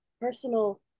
personal